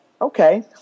Okay